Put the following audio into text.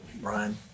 Brian